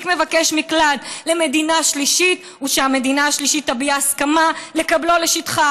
מבקש מקלט למדינה שלישית הוא שהמדינה השלישית תביע הסכמה לקבלו לשטחה